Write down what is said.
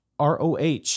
ROH